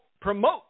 promote